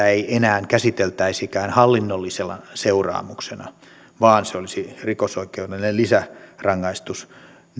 ei enää käsiteltäisikään hallinnollisena seuraamuksena vaan se olisi rikosoikeudellinen lisärangaistus